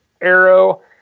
arrow